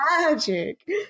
magic